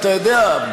אתה יודע,